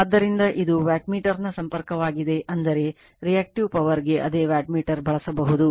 ಆದ್ದರಿಂದ ಇದು ವಾಟ್ಮೀಟರ್ನ ಸಂಪರ್ಕವಾಗಿದೆ ಅಂದರೆ ರಿಯಾಕ್ಟಿವ್ ಪವರ್ ಗೆ ಅದೇ ವ್ಯಾಟ್ಮೀಟರ್ ಬಳಸಬಹುದು